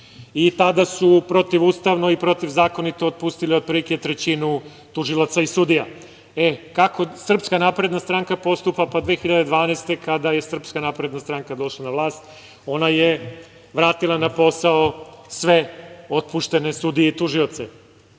Tada su protivustavno i protivzakonito otpustili otprilike trećinu tužilaca i sudija. Kako SNS postupa? Godine 2012. kada je Srpska napredna stranka došla na vlast, ona je vratila na posao sve otpuštene sudije i tužioce.